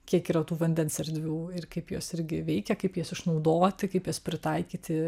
kiek yra tų vandens erdvių ir kaip jos irgi veikia kaip jas išnaudoti kaip jas pritaikyti